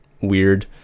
weird